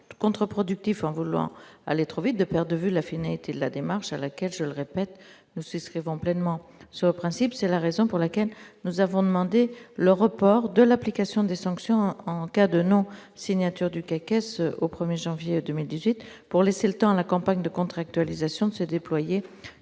contre-productif en voulant aller trop vite de perd de vue la finalité de la démarche à laquelle, je le répète, nous souscrivons pleinement sur le principe, c'est la raison pour laquelle nous avons demandé le report de l'application des sanctions en cas de non-signature du au 1er janvier 2018 pour laisser le temps à la campagne de contractualisation de se déployer